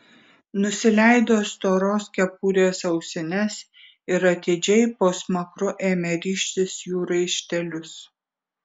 nusileido storos kepurės ausines ir atidžiai po smakru ėmė rištis jų raištelius